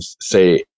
say